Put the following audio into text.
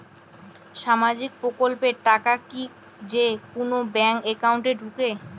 সামাজিক প্রকল্পের টাকা কি যে কুনো ব্যাংক একাউন্টে ঢুকে?